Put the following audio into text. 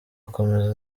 akomeza